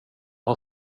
har